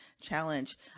challenge